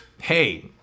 Hey